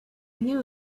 knew